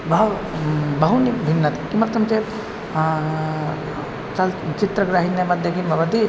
बह बहूनि भिन्नत् किमर्थं चेत् चल् चित्रग्रहिण्यमध्ये किं भवति